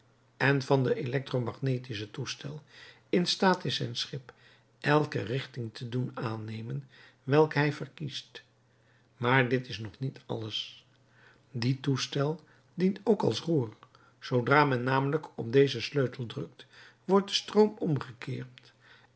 en van den elektro magnetischen toestel in staat is zijn schip elke richting te doen aannemen welke hij verkiest maar dit is nog niet alles die toestel dient ook als roer zoodra men namelijk op dezen sleutel drukt wordt de stroom omgekeerd